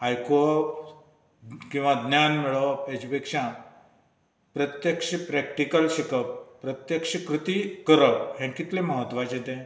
आयकोवप किंवां ज्ञान मेळोवप हेजे पेक्षा प्रत्यक्ष प्रेक्टिकल शिकप प्रत्यक्ष कृती करप हें कितलें म्हत्वाचें तें